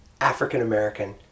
African-American